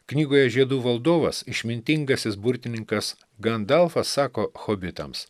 knygoje žiedų valdovas išmintingasis burtininkas gandalfas sako hobitams